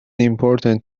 important